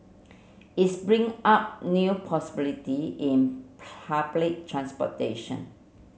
its bring up new possibility in public transportation